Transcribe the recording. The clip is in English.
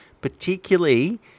particularly